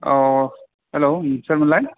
औ हेलौ सोरमोनलाय